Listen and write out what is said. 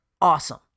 awesome